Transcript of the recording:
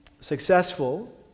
successful